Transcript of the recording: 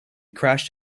crashed